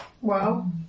Wow